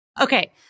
Okay